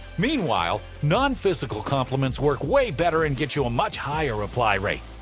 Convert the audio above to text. meanwhile, non-physical compliments work way better and get you a much higher reply rate.